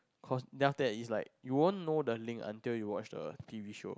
cause then after that is like you won't know the link until you watch the T_V show